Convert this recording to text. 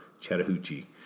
Chattahoochee